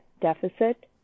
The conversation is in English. deficit